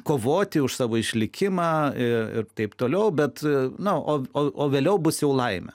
kovoti už savo išlikimą ir taip toliau bet na o vėliau bus jau laimė